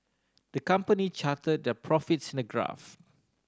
the company charted their profits in the graph